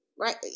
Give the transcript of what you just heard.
right